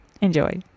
Enjoy